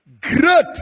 Great